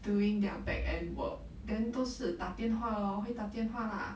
doing their back end work then 都是打电话 lor 会打电话 lah